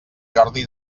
jordi